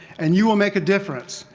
and you will make a difference,